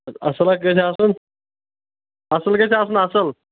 اَدٕ اَصٕل حظ گَژھِ آسُن اَصٕل گژھِ آسُن اَصٕل